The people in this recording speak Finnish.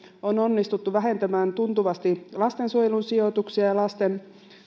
on onnistuttu vähentämään tuntuvasti lastensuojelun sijoituksia ja lasten